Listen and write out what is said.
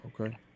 Okay